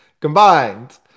combined